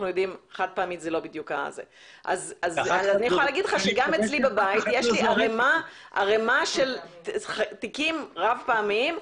גם אצלי בבית יש ערמה של תיקים רב-פעמיים.